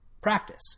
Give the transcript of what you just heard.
practice